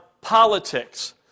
politics